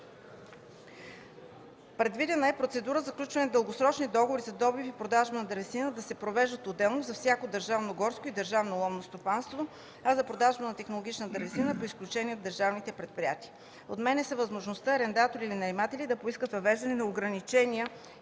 Предвидено е процедурите за сключване на дългосрочни договори за добив и продажба на дървесина да се провеждат отделно за всяко държавно горско и държавно ловно стопанство, а за продажба на технологична дървесина по изключение в държавните предприятия. Отменя се възможността арендатори или наематели да поискат въвеждане на ограничения